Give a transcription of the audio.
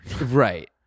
Right